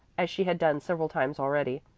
as she had done several times already.